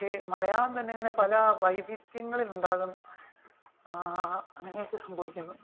മലയാളം തന്നെ ഇങ്ങനെ പല വൈവിധ്യങ്ങളിലുണ്ടാകുന്നു അങ്ങനെയൊക്കെ സംഭവിക്കുന്നു